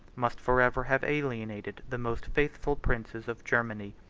must forever have alienated the most faithful princes of germany.